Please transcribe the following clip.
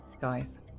guys